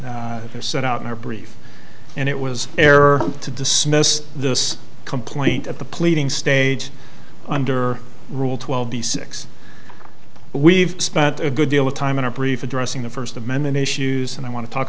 they're set out in our brief and it was error to dismiss this complaint at the pleading stage under rule twelve the six we've spent a good deal of time in our brief addressing the first amendment issues and i want to talk